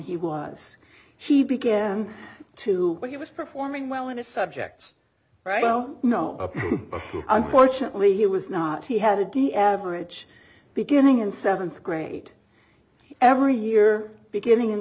he was he began to where he was performing well in the subjects right i don't know unfortunately he was not he had a d average beginning in seventh grade every year beginning in